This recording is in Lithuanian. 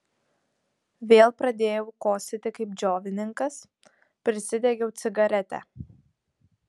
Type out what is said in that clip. vėl pradėjau kosėti kaip džiovininkas prisidegiau cigaretę